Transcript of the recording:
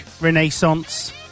Renaissance